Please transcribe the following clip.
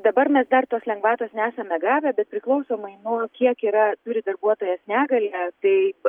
dabar mes dar tos lengvatos nesame gavę bet priklausomai nuo kiek yra turi darbuotojas negalią tai